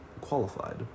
qualified